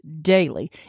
daily